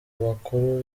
bakuru